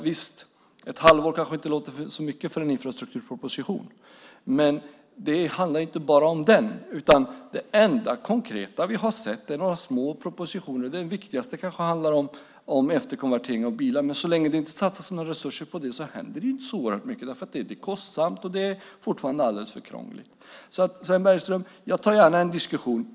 Visst, ett halvår kanske inte låter så mycket för en infrastrukturproposition, men det handlar inte bara om den. Det enda konkreta vi har sett är några små propositioner. Den viktigaste kanske handlar om efterkonvertering av bilar. Men så länge som det inte satsas några resurser på det händer det inte så oerhört mycket, därför att det är kostsamt och det är fortfarande alldeles för krångligt. Sven Bergström, jag tar gärna en diskussion.